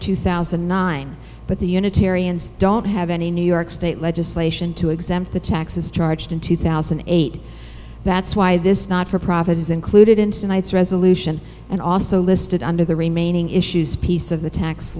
two thousand and nine but the unitarians don't have any new york state legislation to exempt the taxes charged in two thousand and eight that's why this not for profit is included in tonight's resolution and also listed under the remaining issues piece of the tax